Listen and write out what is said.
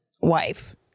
wife